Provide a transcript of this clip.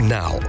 now